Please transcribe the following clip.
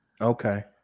Okay